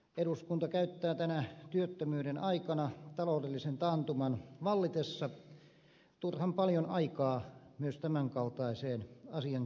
eduskunta käyttää tänä työttömyyden aikana taloudellisen taantuman vallitessa turhan paljon aikaa myös tämän kaltaiseen asiankäsittelyyn